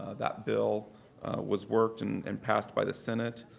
that bill was worked and and passed by the senate.